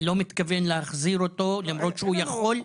לא מתכוון להחזיר אותו למרות שהוא יכול?